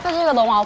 hello, um